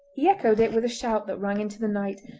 he echoed it with a shout that rang into the night.